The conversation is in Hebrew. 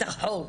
את החוק.